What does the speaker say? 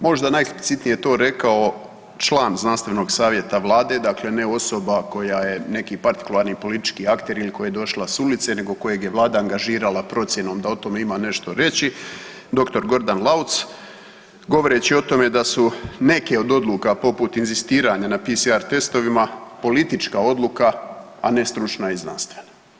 Možda najeksplicitnije je to rekao član znanstvenog savjeta Vlade dakle ne osoba koja je neki partikularni politički akter ili koja je došla s ulice nego kojeg je Vlada angažirala procjenom da o tome ima nešto reći dr. Gordan Lauc, govoreći o tome da su neke odluka poput inzistiranja na PCR testovima politička odluka, a ne stručna i znanstvena.